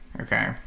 Okay